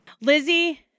Lizzie